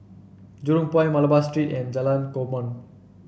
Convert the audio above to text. Jurong Point Malabar Street and Jalan Korban